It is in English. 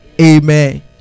Amen